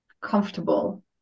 comfortable